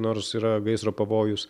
nors yra gaisro pavojus